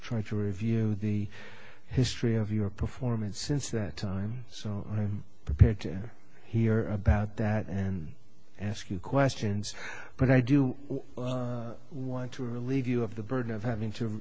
tried to review the history of your performance since that time so prepared to hear about that and ask you questions but i do want to relieve you of the burden of having to